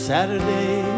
Saturday